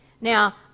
now